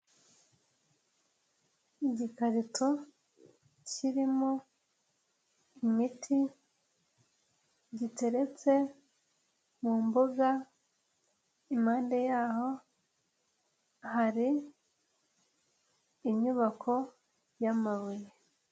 Igikarito kirimo imiti, giteretse mu mbuga, impande yaho hari inyubako y'amabuye.